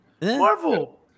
Marvel